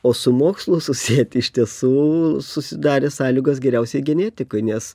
o su mokslu susieti iš tiesų susidarė sąlygos geriausiai genetikoj nes